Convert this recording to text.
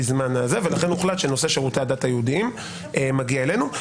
ולכן הוחלט שנושא שירותי הדת היהודיים מגיע אלינו.